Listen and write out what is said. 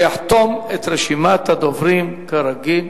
יחתום את רשימת הדוברים, כרגיל,